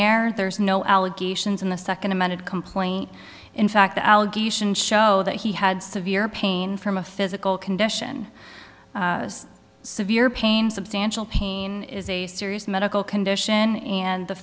and there's no allegations in the second amended complaint in fact the allegation show that he had severe pain from a physical condition severe pain substantial pain is a serious medical condition and the